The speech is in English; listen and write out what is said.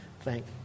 thank